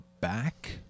back